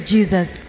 Jesus